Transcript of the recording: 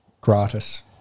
gratis